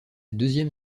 deuxième